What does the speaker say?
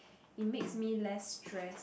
it makes me less stress